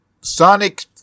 Sonic